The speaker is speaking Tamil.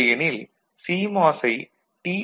இல்லையெனில் சிமாஸ் ஐ டி